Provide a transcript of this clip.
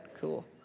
cool